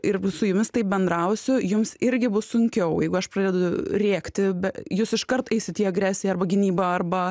ir su jumis taip bendrausiu jums irgi bus sunkiau jeigu aš pradedu rėkti be jūs iškart eisit į agresiją arba gynybą arba